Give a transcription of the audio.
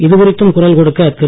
இது குறித்தும் குரல் கொடுக்க திரு